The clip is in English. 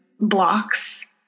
blocks